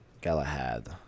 Galahad